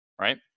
right